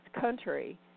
country